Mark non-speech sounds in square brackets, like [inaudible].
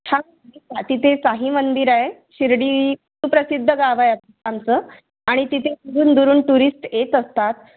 [unintelligible] तिथे साई मंदिर आहे शिर्डी सुप्रसिद्ध गाव आहे आमचं आणि तिथे दुरून दुरून टुरिस्ट येत असतात